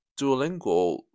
Duolingo